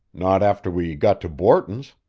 not after we got to borton's.